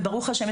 וברוך השם,